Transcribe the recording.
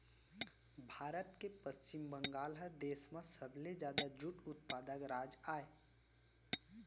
भारत के पस्चिम बंगाल ह देस म सबले जादा जूट उत्पादक राज अय